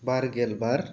ᱵᱟᱨ ᱜᱮᱞ ᱵᱟᱨ